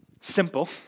simple